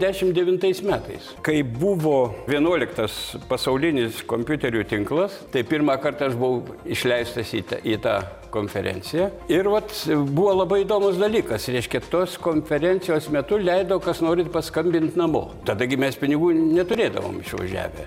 dešimt devintais metais kai buvo vienuoliktas pasaulinis kompiuterių tinklas tai pirmą kartą aš buvau išleistas į tą į tą konferenciją ir vats buvo labai įdomus dalykas reiškia tos konferencijos metu leidau kas norint paskambint namo tada gi mes pinigų neturėdavom išvažiavę